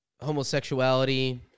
homosexuality